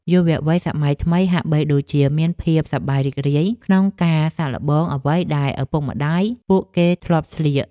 យុវវ័យសម័យថ្មីហាក់បីដូចជាមានភាពសប្បាយរីករាយក្នុងការសាកល្បងអ្វីដែលឪពុកម្តាយពួកគេធ្លាប់ស្លៀក។